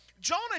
Jonah